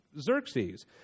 Xerxes